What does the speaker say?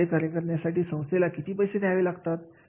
एखादे कार्य करण्यासाठी संस्थेला किती पैसे द्यावे लागतात